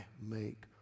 make